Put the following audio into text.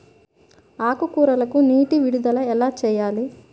ఆకుకూరలకు నీటి విడుదల ఎలా చేయాలి?